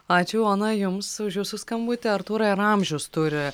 ačiū ona jums už jūsų skambutį artūrai ar amžius turi